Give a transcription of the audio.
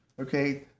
okay